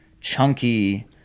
chunky